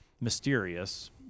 mysterious